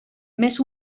més